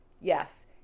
Yes